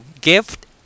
gift